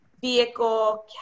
vehicle